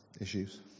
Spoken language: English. issues